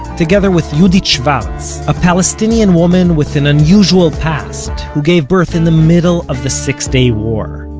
together with yehudit schwartz, a palestinian woman with an unusual past, who gave birth in the middle of the six day war.